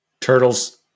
turtles